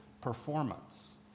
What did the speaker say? performance